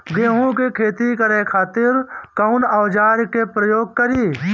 गेहूं के खेती करे खातिर कवन औजार के प्रयोग करी?